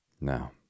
Now